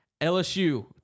LSU